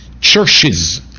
Churches